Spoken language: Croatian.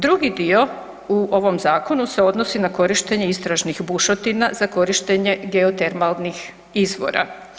Drugi dio u ovom zakonu se odnosi na korištenje istražnih bušotina za korištenje geotermalnih izvora.